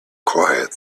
quiet